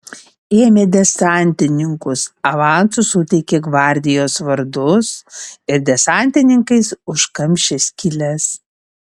ėmė desantininkus avansu suteikė gvardijos vardus ir desantininkais užkamšė skyles